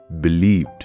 believed